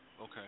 okay